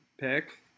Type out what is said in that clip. pick